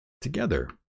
together